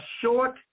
short